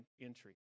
entry